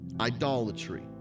idolatry